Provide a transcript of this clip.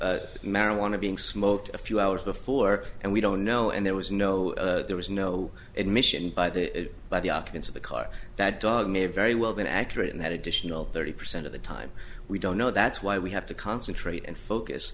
been marijuana being smoked a few hours before and we don't know and there was no there was no admission by the by the occupants of the car that dog may very well been accurate in that additional thirty percent of the time we don't know that's why we have to concentrate and focus